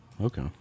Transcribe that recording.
Okay